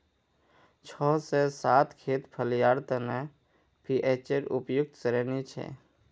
छह से सात खेत फलियार तने पीएचेर उपयुक्त श्रेणी छे